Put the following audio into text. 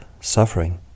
suffering